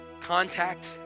contact